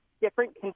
different